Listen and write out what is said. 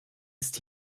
ist